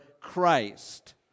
Christ